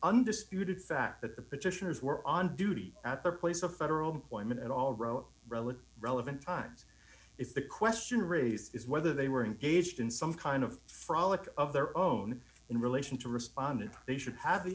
undisputed fact that the petitioners were on duty at their place of federal employment at all roe relevant relevant times if the question raised is whether they were engaged in some kind of frolic of their own in relation to respondent they should have the